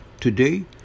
Today